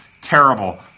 terrible